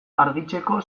argitzeko